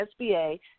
SBA